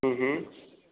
हुँ हुँ